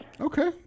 Okay